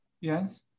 Yes